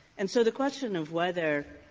and so the question of whether,